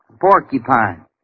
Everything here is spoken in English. Porcupine